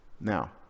Now